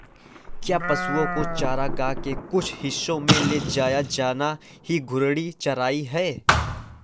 क्या पशुओं को चारागाह के कुछ हिस्सों में ले जाया जाना ही घूर्णी चराई है?